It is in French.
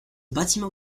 bâtiment